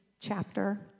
chapter